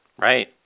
right